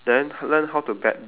the green one is the second one